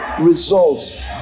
Results